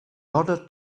order